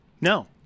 No